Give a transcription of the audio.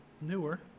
newer